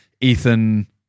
Ethan